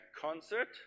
concert